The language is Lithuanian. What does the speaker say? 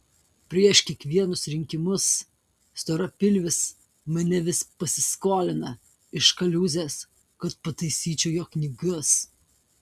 prieš kiekvienus rinkimus storapilvis mane vis pasiskolina iš kaliūzės kad pataisyčiau jo knygas